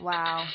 Wow